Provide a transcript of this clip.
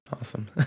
awesome